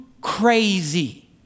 crazy